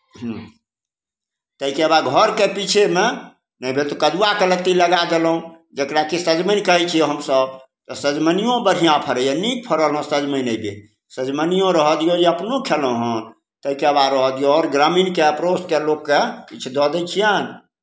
ताहिके बाद घरके पीछेमे नहि भेल तऽ कदुआके लत्ती लगा देलहुँ जकरा कि सजमनि कहै छी हमसभ तऽ सजमनिओ बढ़िआँ फड़ैए नीक फड़ल यए सजमनि एहिबेर सजमनिओ रहय दियौ जे अपनहुँ खयलहुँ हन ताहिके बाद रहय दियौ आओर ग्रामीणके पड़ोसके लोककेँ किछु दऽ दै छियनि